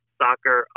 soccer